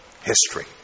History